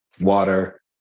water